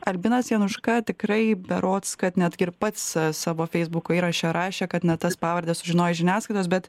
albinas januška tikrai berods kad netgi ir pats savo feisbuko įraše rašė kad ne tas pavardes sužinojo iš žiniasklaidos bet